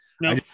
No